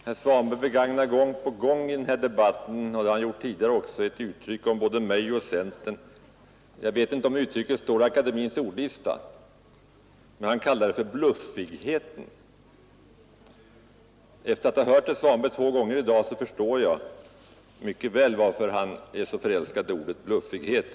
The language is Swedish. Herr talman! Herr Svanberg använder gång på gång i denna debatt ett ord, som jag inte vet om det ens står i akademiens ordlista — han har gjort det tidigare också, när han talat om mig och centern — nämligen ordet fluffighet. Och efter att ha lyssnat på herr Svanberg två gånger i dag förstår jag mycket väl varför han är så förälskad i ordet fluffighet.